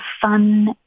fun